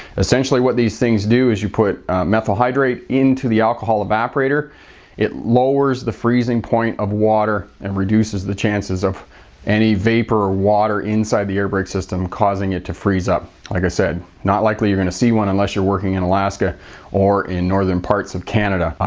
essentially what these things do is you put methyl hydrate into the alcohol evaporator and it lowers the freezing point of water and reduces the chances of any vapor or water inside the airbrake system causing it to freeze up. like i said, not likely you're going to see one unless you're working in alaska or in northern parts of canada.